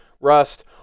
rust